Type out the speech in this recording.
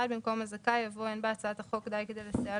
כולם,